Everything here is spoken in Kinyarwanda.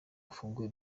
afunguwe